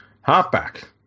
Halfback